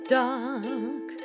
dark